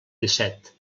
disset